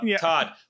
todd